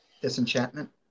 Disenchantment